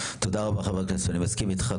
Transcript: תודה רבה חבר הכנסת, אני מסכים איתך.